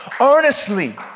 earnestly